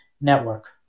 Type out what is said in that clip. network